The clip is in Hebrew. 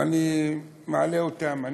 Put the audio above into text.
ואני מעלה אותם: